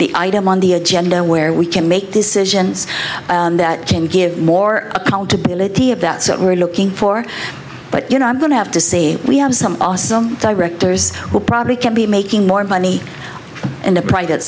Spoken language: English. the item on the agenda where we can make decisions that can give more accountability of that we're looking for but you know i'm going to have to say we have some awesome directors who probably can be making more money in the private